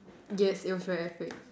yes it was very epic